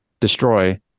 destroy